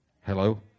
Hello